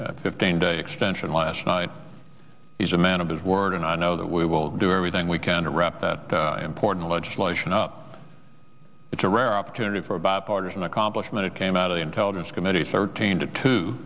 the fifteen day extension last night is a man of his word and i know that we will do everything we can to wrap that important legislation up it's a rare opportunity for a bipartisan accomplishment it came out of the intelligence committee thirteen to t